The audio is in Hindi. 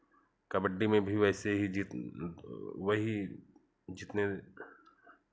कबड्डी में भी वैसे ही जित वही जितने